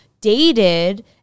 dated